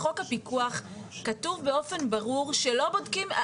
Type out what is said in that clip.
בחוק הפיקוח כתוב באופן ברור שלא בודקים,